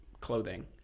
clothing